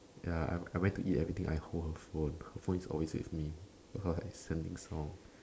ya I I went to eat everything I hold her phone her phone is always with me cause I sending songs